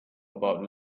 about